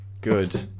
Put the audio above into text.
Good